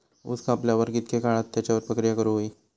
ऊस कापल्यार कितके काळात त्याच्यार प्रक्रिया करू होई?